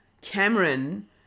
Cameron